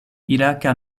iraka